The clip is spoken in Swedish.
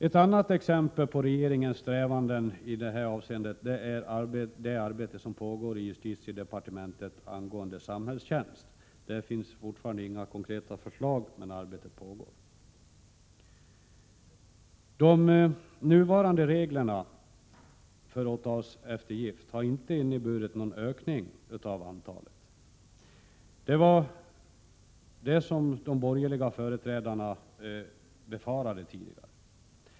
Ett annat exempel på regeringens strävanden i detta avseende är det arbete som pågår i justitiedepartementet angående samhällstjänst. Där finns ännu inga konkreta förslag, men arbetet pågår. De nuvarande reglerna för åtalseftergift har inte inneburit någon ökning av antalet åtalseftergifter, vilket de borgerliga företrädarna tidigare befarade.